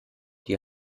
die